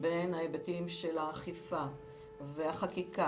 בין ההיבטים של האכיפה והחקיקה,